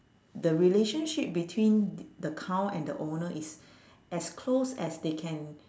the relationship between the cow and the owner is as close as they can